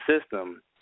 system